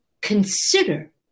consider